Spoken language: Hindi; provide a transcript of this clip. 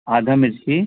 आधी मिर्ची